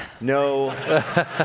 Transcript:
No